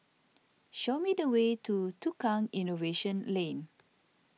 show me the way to Tukang Innovation Lane